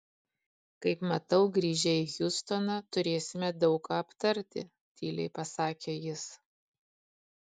kaip matau grįžę į hjustoną turėsime daug ką aptarti tyliai pasakė jis